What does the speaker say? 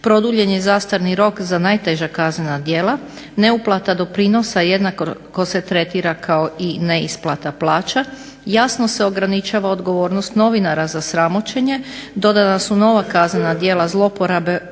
produljen je zastarni rok za najteža kaznena djela, neuplata doprinosa jednako se tretira kao i neisplata plaća, jasno se ograničava odgovornost novinara za sramoćenje, dodana su nova kaznena djela zloporabe povlaštenih